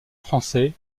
français